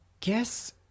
guess